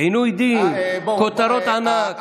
עינוי דין, כותרות ענק.